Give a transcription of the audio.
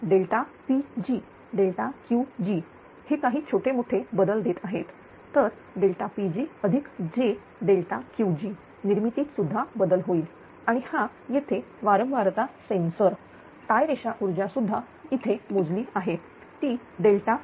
तरPg Qgजे काही छोटे मोठे बदल देत आहेत तर PgjQgनिर्मितीत सुद्धा बदल होईल आणि हा येथे वारंवारता सेंसर टाय रेषा ऊर्जा सुद्धा इथे मोजली आहे ती F